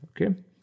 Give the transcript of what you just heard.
Okay